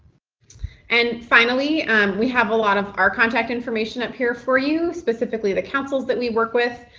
and finally we have a lot of our contact information up here for you, specifically the councils that we work with,